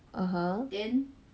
(uh huh)